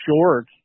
short